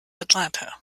atlanta